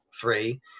three